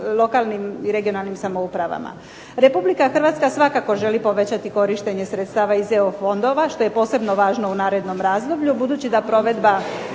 i regionalnim samoupravama. Republika Hrvatska svakako želi povećati korištenje sredstava iz EU fondova, što je posebno važno u narednom razdoblju, budući da provedba